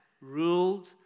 Ruled